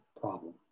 problem